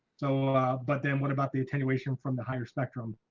so but then what about the attenuation from the higher spectrum?